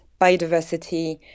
biodiversity